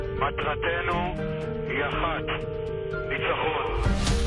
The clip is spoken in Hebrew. הנדרשים בשל פעולות האיבה או